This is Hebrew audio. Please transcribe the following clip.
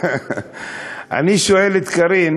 אני שואל את קארין: